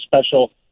special